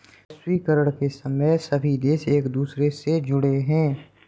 वैश्वीकरण के समय में सभी देश एक दूसरे से जुड़े है